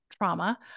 trauma